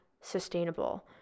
sustainable